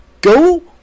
Go